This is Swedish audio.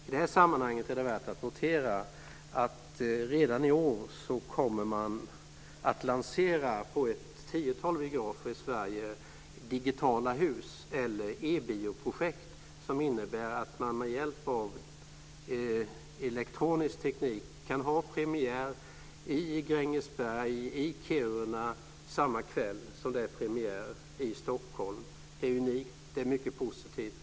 I det sammanhanget är det värt att notera att man redan i år på ett tiotal biografer i Sverige kommer att lansera digitala hus, eller e-bioprojekt, som innebär att man med hjälp av elektronisk teknik kan ha premiär i Grängesberg eller i Kiruna samma kväll som det är premiär i Stockholm. Det är unikt. Det är mycket positivt.